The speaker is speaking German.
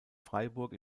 freiburg